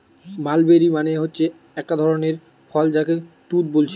mulberry মানে হচ্ছে একটা ধরণের ফল যাকে তুত বোলছে